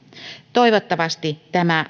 toivottavasti tämä